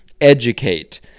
educate